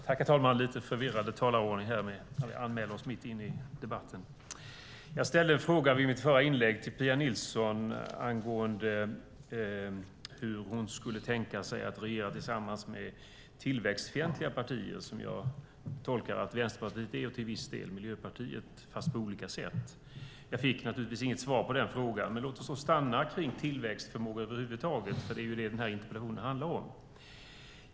Herr talman! Jag ställde i mitt förra inlägg en fråga till Pia Nilsson angående hur hon skulle kunna tänka sig att regera tillsammans med tillväxtfientliga partier, som jag tolkar att Vänsterpartiet är och till viss del Miljöpartiet, fast på olika sätt. Jag fick naturligtvis inget svar på den frågan. Låt oss stanna vid tillväxtförmåga över huvud taget, för det är ju det den här interpellationen handlar om.